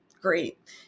Great